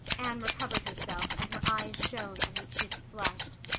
anne recovered herself and her eyes shone and her cheeks flushed.